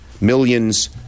millions